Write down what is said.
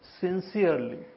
sincerely